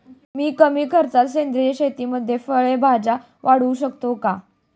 मी कमी खर्चात सेंद्रिय शेतीमध्ये फळे भाज्या वाढवू शकतो का?